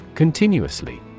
Continuously